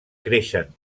creixen